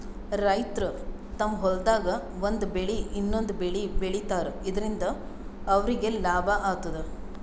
ರೈತರ್ ತಮ್ಮ್ ಹೊಲ್ದಾಗ್ ಒಂದ್ ಬೆಳಿ ಇನ್ನೊಂದ್ ಬೆಳಿ ಬೆಳಿತಾರ್ ಇದರಿಂದ ಅವ್ರಿಗ್ ಲಾಭ ಆತದ್